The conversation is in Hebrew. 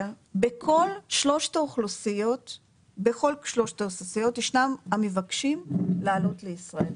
בכל שלושת האוכלוסיות ישנם המבקשים לעלות לישראל,